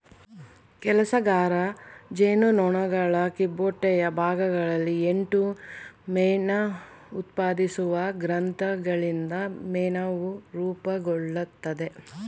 ಕೆಲಸಗಾರ ಜೇನುನೊಣಗಳ ಕಿಬ್ಬೊಟ್ಟೆಯ ಭಾಗಗಳಲ್ಲಿ ಎಂಟು ಮೇಣಉತ್ಪಾದಿಸುವ ಗ್ರಂಥಿಗಳಿಂದ ಮೇಣವು ರೂಪುಗೊಳ್ತದೆ